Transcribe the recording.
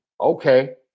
okay